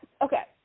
Okay